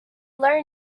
learn